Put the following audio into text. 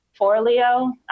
Forleo